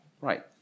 right